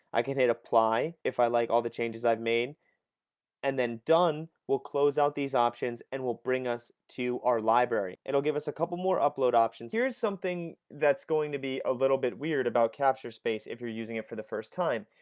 i can hit apply if i like all the changes i've made and then done will close out these options and will bring us to our library. it will give us a couple more upload options. here's something that's going to be a little bit weird about capturespace if you're using it for the first time.